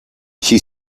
she